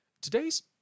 today's